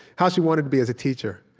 how she wanted to be as a teacher,